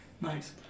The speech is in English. Nice